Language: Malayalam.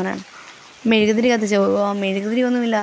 അതെ മെഴുകുതിരികത്തിച്ച മെഴുകുതിരിയൊന്നുമില്ല